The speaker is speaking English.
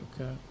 Okay